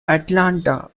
atlanta